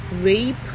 rape